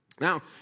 Now